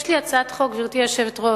יש לי הצעת חוק, גברתי היושבת-ראש,